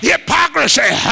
Hypocrisy